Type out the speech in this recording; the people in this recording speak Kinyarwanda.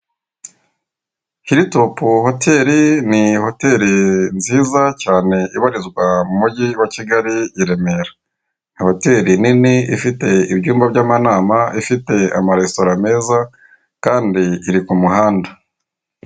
Hilitopu hoteli ni hoteli nziza cyane ibarizwa mu mugi wa Kigali, i Remera. Ni hoteli nini, ifite ibyumba by'amanama, ifite amaresitora meza, kandi iri ku muhanda.